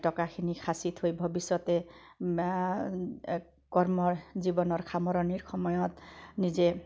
টকাখিনি সাচি থৈ ভৱিষ্যতে কৰ্মৰ জীৱনৰ সামৰণিৰ সময়ত নিজে